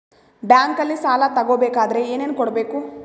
ಬ್ಯಾಂಕಲ್ಲಿ ಸಾಲ ತಗೋ ಬೇಕಾದರೆ ಏನೇನು ಕೊಡಬೇಕು?